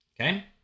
Okay